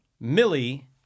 millie